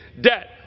debt